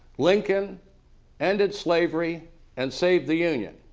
lincoln ended slavery and saved the union.